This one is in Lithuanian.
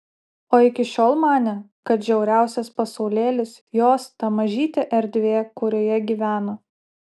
o iki šiol manė kad žiauriausias pasaulėlis jos ta mažytė erdvė kurioje gyveno